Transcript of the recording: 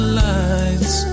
lights